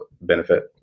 benefit